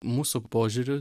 mūsų požiūriu